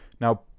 Now